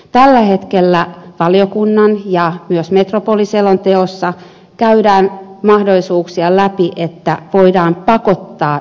tällä hetkellä valiokunnan mietinnössä ja myös metropoliselonteossa käydään läpi mahdollisuuksia voida pakottaa yhteistyöhön